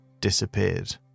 disappeared